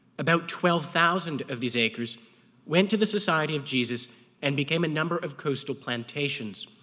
about twelve thousand of these acres went to the society of jesus and became a number of coastal plantations,